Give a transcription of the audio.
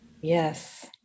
Yes